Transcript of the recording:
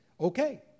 okay